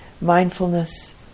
mindfulness